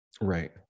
Right